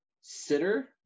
sitter